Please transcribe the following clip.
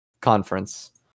conference